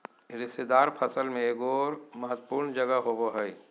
रेशेदार फसल में एगोर महत्वपूर्ण जगह होबो हइ